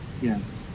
yes